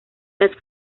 las